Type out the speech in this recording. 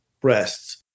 breasts